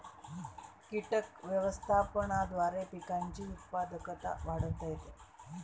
कीटक व्यवस्थापनाद्वारे पिकांची उत्पादकता वाढवता येते